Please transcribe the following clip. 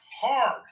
hard